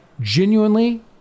genuinely